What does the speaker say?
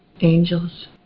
angels